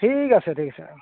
ঠিক আছে ঠিক আছে অঁ